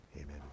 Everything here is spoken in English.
Amen